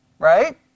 Right